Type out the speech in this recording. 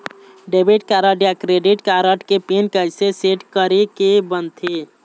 Debit card या credit card के PIN कइसे सेट करे के बनते?